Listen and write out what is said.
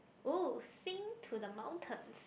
oh sing to the mountains